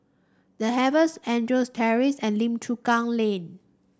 The Chevrons Andrews Terrace and Lim Chu Kang Lane